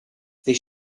they